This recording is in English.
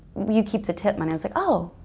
you keep the tip money. i was like, oh,